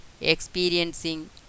experiencing